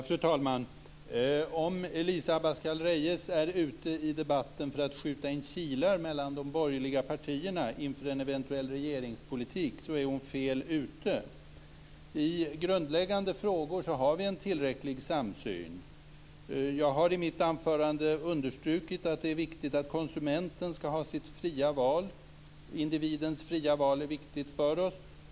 Fru talman! Om Elisa Abascal Reyes i debatten är ute efter att skjuta in kilar mellan de borgerliga partierna inför en eventuell regeringspolitik är hon fel ute. I grundläggande frågor har vi en tillräcklig samsyn. Jag har i mitt anförande understrukit att det är viktigt att konsumenten har sitt fria val. Individens fria val är viktigt för oss.